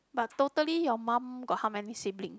but totally your mum got how many sibling